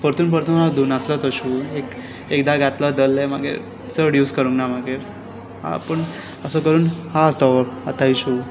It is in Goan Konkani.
परतून परतून हांव धुनासलो तो शू एक एकदां घातलो धल्ले मागीर चड यूज करूंक ना मागीर पूण असो करून हा तो आतांय शू